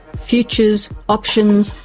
futures, options,